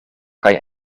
kaj